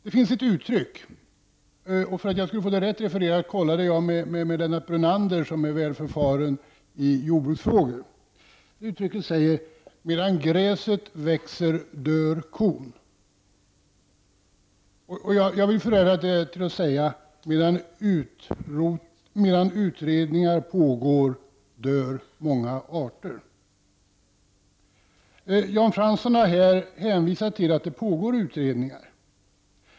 Det finns ett uttryck — och för att jag skulle få det rätt refererat kollade jag med Lennart Brunander, som är väl förfaren i jordbruksfrågor — som säger: Medan gräset gror dör kon. Jag vill förändra det och säga: Medan utredningar pågår dör många arter. Jan Fransson har här hänvisat till att det pågår utredningar.